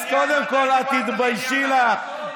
הסגנון, אז קודם כול, את, תתביישי לך.